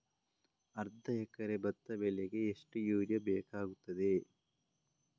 ಅರ್ಧ ಎಕರೆ ಭತ್ತ ಬೆಳೆಗೆ ಎಷ್ಟು ಯೂರಿಯಾ ಬೇಕಾಗುತ್ತದೆ?